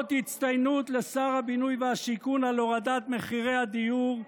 אות הצטיינות לשר הבינוי והשיכון על הורדת מחירי הדיור,